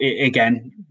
again